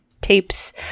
tapes